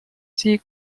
sie